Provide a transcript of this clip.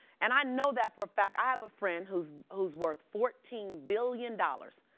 and i know that for a fact. i have a friend who's who's worth fourteen billion dollars.